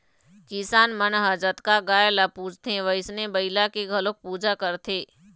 किसान मन ह जतका गाय ल पूजथे वइसने बइला के घलोक पूजा करथे